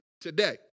today